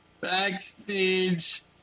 backstage